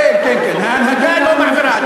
כן, כן, ההנהגה לא מעבירה.